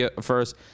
first